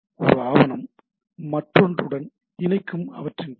ஒரு ஆவணம் மற்றொன்றுடன் இணைக்கும் அவற்றின் வகை